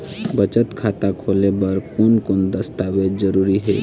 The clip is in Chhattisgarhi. बचत खाता खोले बर कोन कोन दस्तावेज जरूरी हे?